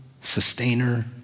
sustainer